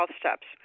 steps